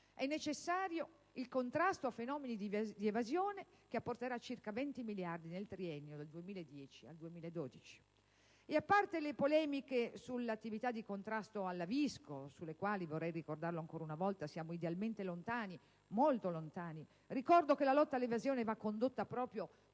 È necessario il contrasto a fenomeni di evasione, che apporterà circa 20 miliardi di euro nei triennio 2010-2012. A parte le polemiche sulle attività di contrasto «alla Visco», sulle quali, vorrei ricordarlo ancora una volta, siamo idealmente lontani - molto lontani - ricordo che la lotta all'evasione va condotta proprio